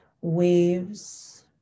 waves